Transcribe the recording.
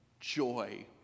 Joy